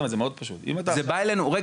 זה מאוד פשוט אבל אם אתה עכשיו מצביע --- רגע,